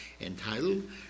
entitled